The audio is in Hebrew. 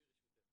ברשותך,